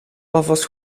alvast